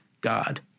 God